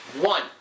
One